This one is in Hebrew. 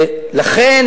לכן,